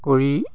কৰি